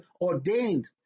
ordained